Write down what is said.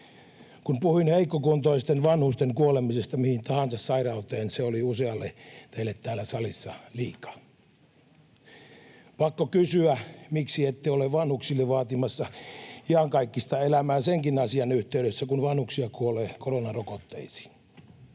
Kun puhuin heikkokuntoisten vanhusten kuolemisesta mihin tahansa sairauteen, se oli usealle teistä täällä salissa liikaa. Pakko kysyä: miksi ette ole vaatimassa vanhuksille iankaikkista elämää senkin asian yhteydessä, kun vanhuksia kuolee koronarokotteisiin?